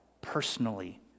personally